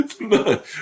No